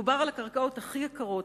מדובר על הקרקעות הכי יקרות,